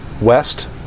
west